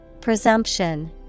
Presumption